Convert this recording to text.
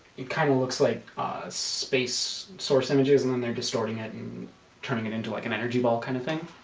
it kind of looks like space source images and then they're distorting it and turning it into like an energy ball kind of thing